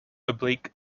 oblique